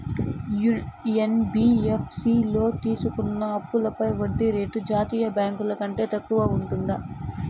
NBFC లో తీసుకున్న అప్పుపై వడ్డీ రేటు జాతీయ బ్యాంకు ల కంటే తక్కువ ఉంటుందా?